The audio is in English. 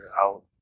out